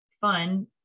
fun